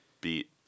beat